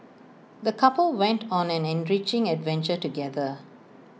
the couple went on an enriching adventure together